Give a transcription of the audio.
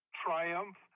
triumph